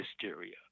hysteria